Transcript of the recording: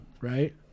right